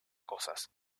cosas